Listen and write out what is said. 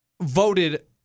voted